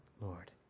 Lord